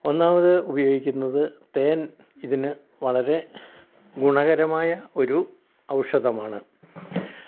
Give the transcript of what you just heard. ഒന്നാമത് ഉപയോഗിക്കുന്നത് തേൻ ഇതിന് വളരെ ഗുണകരമായ ഒരു ഔഷധമാണ്